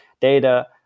data